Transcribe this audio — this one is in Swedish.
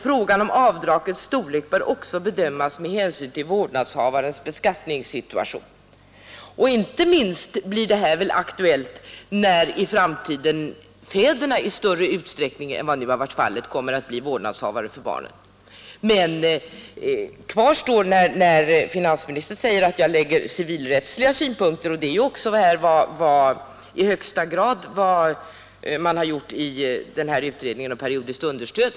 ——— Frågan om avdragets storlek bör också bedömas med hänsyn till vårdnadshavarens beskattningssituation.” Detta blir väl särskilt aktuellt inte minst när fäderna i framtiden i större utsträckning än hittills varit fallet kommer att bli vårdnadshavare för barnen. Finansministern säger att jag lägger civilrättsliga synpunkter på dessa frågor, men det är ju också i högsta grad vad man har gjort i utredningen om periodiskt understöd.